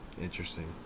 interesting